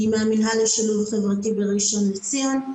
אני עובדת בשילוב חברתי בראשון לציון.